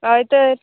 हय तर